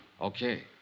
Okay